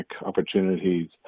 opportunities